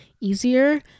easier